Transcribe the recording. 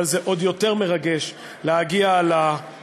אבל זה עוד יותר מרגש להגיע לממשלה.